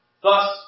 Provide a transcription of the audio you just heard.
Thus